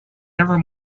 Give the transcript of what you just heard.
never